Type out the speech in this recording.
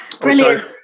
Brilliant